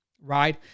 right